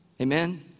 amen